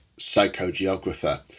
psychogeographer